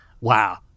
Wow